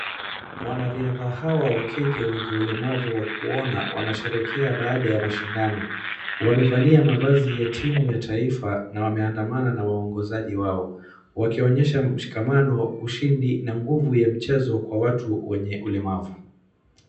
Wanariadha hawa wakenya wenye ulemavu wakuona wanasherehekea baada ya mashindano, wamevalia mavazi ya timu ya taifa na wameandamana na waongozaji wao wakionyesha mshikamo, ushindi na nguvu ya mchezo kwa watu wenye ulemavu.